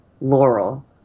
Laurel